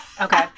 Okay